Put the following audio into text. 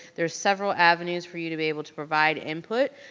there's several avenues for you to be able to provide input.